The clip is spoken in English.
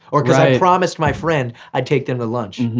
or cause i promised my friend, i'd take them to lunch.